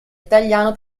italiano